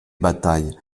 bataille